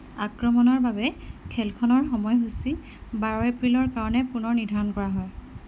আক্ৰমণৰ বাবে খেলখনৰ সময়সূচী বাৰ এপ্ৰিলৰ কাৰণে পুনৰ নিৰ্ধাৰণ কৰা হয়